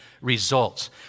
results